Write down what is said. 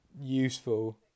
useful